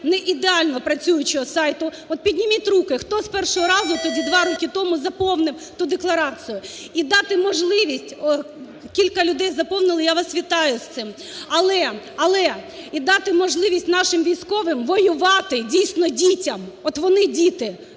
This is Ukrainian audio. неідеально працюючого сайту. От підніміть руки, хто з першого разу тоді, два роки тому, заповнив ту декларацію. І дати можливість… Кілька людей заповнили, я вас вітаю з цим. Але, але і дати можливість нашим військовим воювати, дійсно дітям, от вони – діти,